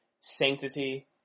sanctity